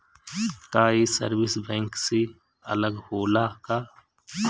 का ये service bank से अलग होला का?